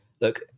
Look